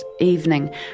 evening